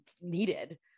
needed